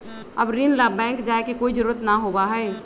अब ऋण ला बैंक जाय के कोई जरुरत ना होबा हई